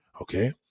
okay